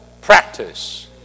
practice